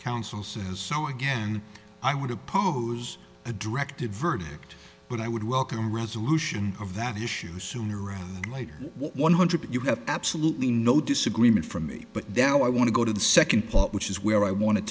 council says so again i want to pose a directed verdict but i would welcome resolution of that issue sooner or later one hundred but you have absolutely no disagreement from me but now i want to go to the second part which is where i want